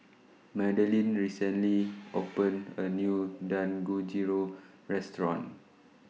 Madelynn recently opened A New Dangojiru Restaurant